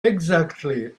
exactly